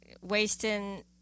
wasting